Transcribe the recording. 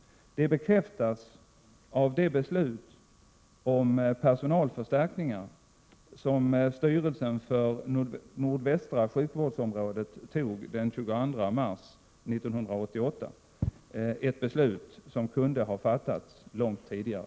Det bekräftas av det beslut om personalförstärkningar som styrelsen för nordvästra sjukvårdsområdet tog den 22 mars 1988, ett beslut som kunde ha fattats långt tidigare.